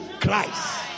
Christ